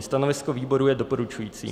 Stanovisko výboru je doporučující.